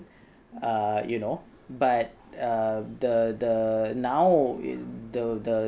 err you know but uh the the now in the the